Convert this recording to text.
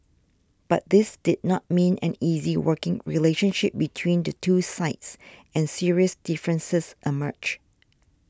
but this did not mean an easy working relationship between the two sides and serious differences emerged